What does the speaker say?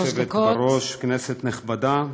כבוד היושבת-ראש, כנסת נכבדה,